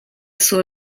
sua